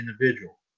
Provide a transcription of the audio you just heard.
individual